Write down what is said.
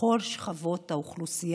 בכל שכבות האוכלוסייה.